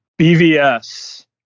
BVS